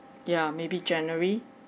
ya maybe january